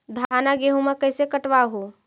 धाना, गेहुमा कैसे कटबा हू?